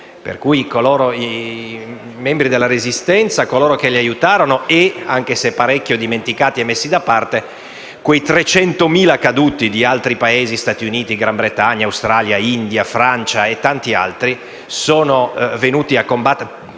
ovvero i membri della Resistenza, coloro che li aiutarono e - anche se parecchio dimenticati e messi da parte - quei 300.000 caduti di Paesi come Stati Uniti, Gran Bretagna, Australia, India, Francia e tanti altri, che sono venuti a combattere